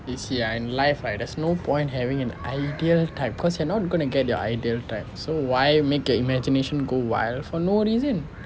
you see ah in life right there is no point having an ideal type because you're not going to get your ideal type so why make your imagination go wild for no reason